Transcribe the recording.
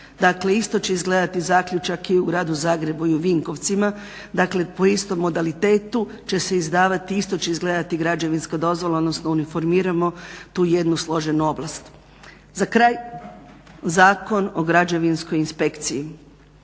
isto će izgledati zaključak i u gradu Zagrebu i u Vinkovcima, dakle po istom modalitetu će se izdavati. Isto će izgledati građevinska dozvola, odnosno uniformiramo tu jednu složenu oblast. Za kraj Zakon o građevinskoj inspekciji.